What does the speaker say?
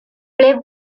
play